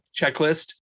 checklist